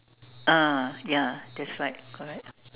ah ya that's right correct